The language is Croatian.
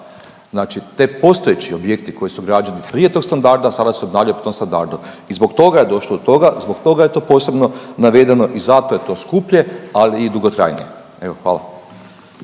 Znači ti postojeći objekti koji su građeni prije tog standarda sada se obnavljaju po tom standardu i zbog toga je došlo do toga, zbog toga je to posebno navedeno i zato je to skuplje ali i dugotrajnije. Evo hvala.